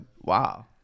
Wow